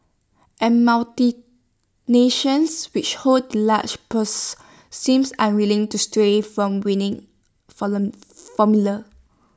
and multi nations which hold the large purses seem unwilling to stray from winning formulas